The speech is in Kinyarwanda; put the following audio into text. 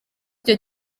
icyo